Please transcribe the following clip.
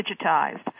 digitized